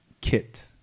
Kit